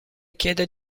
chiede